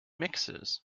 mixes